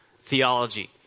theology